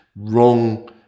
wrong